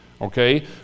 okay